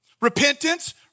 Repentance